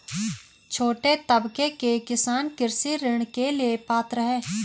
छोटे तबके के किसान कृषि ऋण के लिए पात्र हैं?